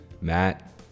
Matt